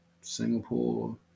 singapore